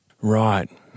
Right